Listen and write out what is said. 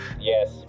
Yes